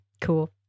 Cool